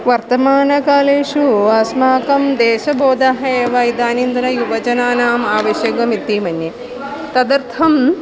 वर्तमानकालेषु अस्माकं देशबोधः एव इदानीन्तन युवजनानाम् आवश्यकम् इति मन्ये तदर्थम्